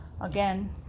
again